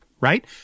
right